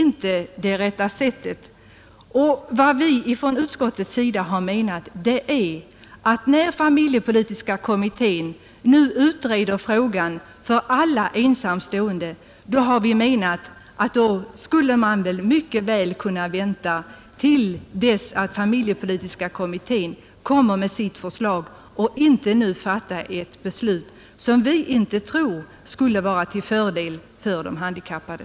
Vad vi från utskottets sida har menat är att när familjepolitiska kommittén nu utreder frågan för alla ensamstående bör man vänta till dess att den kommer med sitt förslag och inte nu fatta ett beslut, som vi inte tror skulle vara till fördel för de handikappade.